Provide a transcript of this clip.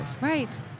Right